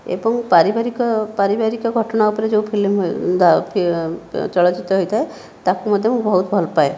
ଏବଂ ପାରିବାରିକ ପାରିବାରିକ ଘଟଣା ଉପରେ ଯେଉଁ ଫିଲ୍ମ ଚଳଚ୍ଚିତ୍ର ହୋଇଥାଏ ତାକୁ ମଧ୍ୟ ମୁଁ ବହୁତ ଭଲପାଏ